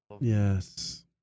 Yes